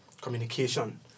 communication